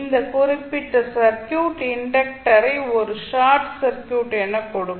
இந்த குறிப்பிட்ட சர்க்யூட் இண்டக்டரை ஒரு ஷார்ட் சர்க்யூட் எனக் கொடுக்கும்